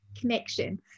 connection